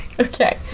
Okay